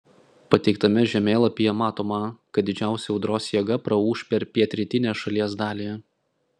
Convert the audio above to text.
pateiktame žemėlapyje matoma kad didžiausia audros jėga praūš per pietrytinę šalies dalį